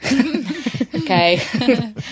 okay